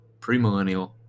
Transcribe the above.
premillennial